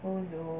oh no